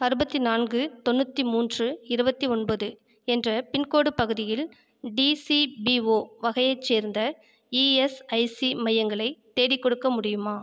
அறுபத்தி நான்கு தொண்ணூற்றி மூன்று இருபத்தி ஒன்பது என்ற பின்கோடு பகுதியில் டிசிபிஒ வகையைச் சேர்ந்த இஎஸ்ஐசி மையங்களை தேடிக்கொடுக்க முடியுமா